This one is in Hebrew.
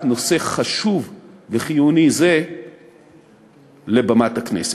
נושא חשוב וחיוני זה על במת הכנסת.